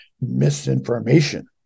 misinformation